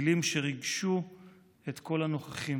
מילים שריגשו את כל הנוכחים: